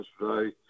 yesterday